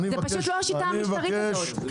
זה פשוט לא השיטה המשטרית הזאת.